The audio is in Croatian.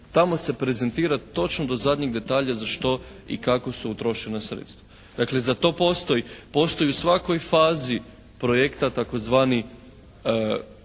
tamo se prezentira točno do zadnjeg detalja za što i kako su utrošena sredstva. Dakle za to postoji, postoji u svakoj fazi projekta tzv.